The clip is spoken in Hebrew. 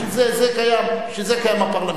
בשביל זה קיים הפרלמנט.